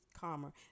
calmer